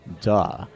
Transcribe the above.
duh